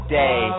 day